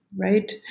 right